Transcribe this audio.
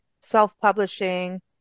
self-publishing